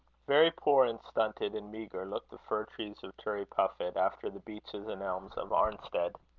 very poor and stunted and meagre looked the fir-trees of turriepuffit, after the beeches and elms of arnstead.